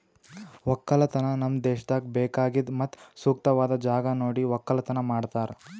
ಒಕ್ಕಲತನ ನಮ್ ದೇಶದಾಗ್ ಬೇಕಾಗಿದ್ ಮತ್ತ ಸೂಕ್ತವಾದ್ ಜಾಗ ನೋಡಿ ಒಕ್ಕಲತನ ಮಾಡ್ತಾರ್